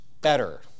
better